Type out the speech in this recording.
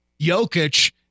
Jokic